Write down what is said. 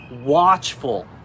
watchful